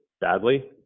badly